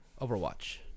Overwatch